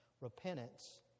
repentance